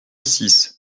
six